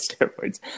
steroids